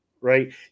right